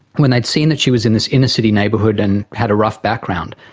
when they had seen that she was in this inner-city neighbourhood and had a rough background,